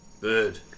Bird